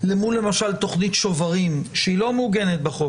אל מול תוכנית שוברים, למשל, שהיא לא מעוגנת בחוק.